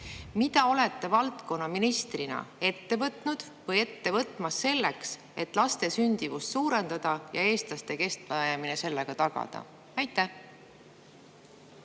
Mida olete valdkonna ministrina ette võtnud või ette võtmas selleks, et laste sündimust suurendada ja eestlaste kestmajäämine sellega tagada? Aitäh